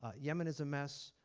ah yemen is a mess.